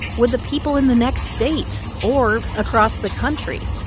would the people in the next state or across the country?